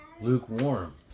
lukewarm